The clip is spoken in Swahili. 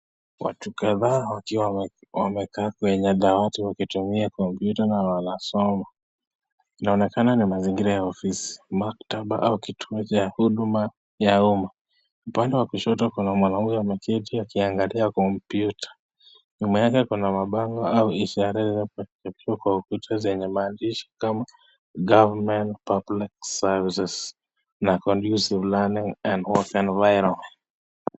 Watu kadhaa wakiwa wamekaa kwenye dawati wakitumua kopyuta na wanasoma. Inaonekana ni mazingira ya ofisi, maktaba au kituo cha huduma yao. Upande wa kushoto kuna mwanaume ameketi akiangalia kompyuta. Nyuma yake kuna mabango au ishara kwa ukuta zenye maandishi kama government public serivices na condusive learning environment .